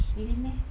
really meh